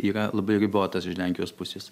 yra labai ribotas iš lenkijos pusės